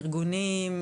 ארגונים,